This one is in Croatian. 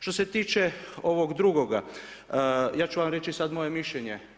Što se tiče ovog drugoga, ja ću vam reći sada moje mišljenje.